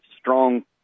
strong